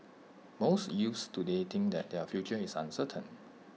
most youths today think that their future is uncertain